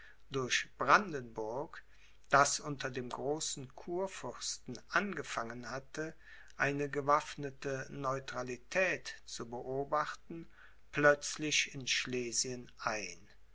durch brandenburg das unter dem großen kurfürsten angefangen hatte eine gewaffnete neutralität zu beobachten plötzlich in schlesien ein